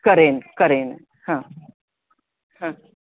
करेन करेन हां